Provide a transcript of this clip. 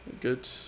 Good